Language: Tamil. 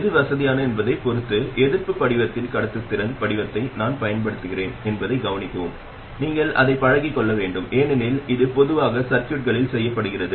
எது வசதியானது என்பதைப் பொறுத்து எதிர்ப்புப் படிவத்தின் கடத்துத்திறன் படிவத்தை நான் பயன்படுத்துகிறேன் என்பதை கவனிக்கவும் நீங்களும் அதைப் பழகிக் கொள்ள வேண்டும் ஏனெனில் இது பொதுவாக சர்கியூட்களில் செய்யப்படுகிறது